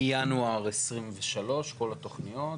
מינואר 2023 כל התוכניות?